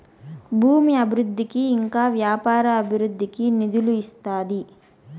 భూమి అభివృద్ధికి ఇంకా వ్యాపార అభివృద్ధికి నిధులు ఇస్తాది